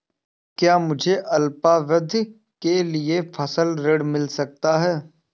क्या मुझे अल्पावधि के लिए फसल ऋण मिल सकता है?